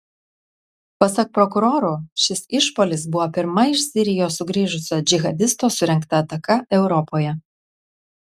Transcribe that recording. pasak prokurorų šis išpuolis buvo pirma iš sirijos sugrįžusio džihadisto surengta ataka europoje